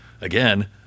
again